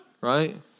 Right